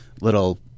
little